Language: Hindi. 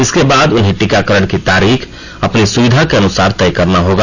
इसके बाद उन्हें टीकाकरण की तारीख अपनी सुविधा के अनुसार तय करना होगा